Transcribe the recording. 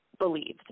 believed